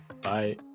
Bye